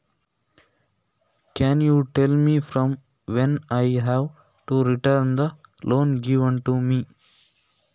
ನನಗೆ ಕೊಟ್ಟ ಸಾಲವನ್ನು ನಾನು ಯಾವಾಗದಿಂದ ರಿಟರ್ನ್ ಮಾಡಬೇಕು ಅಂತ ಹೇಳ್ತೀರಾ?